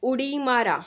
उडी मारा